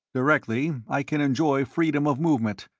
directly i can enjoy freedom of movement,